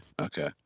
Okay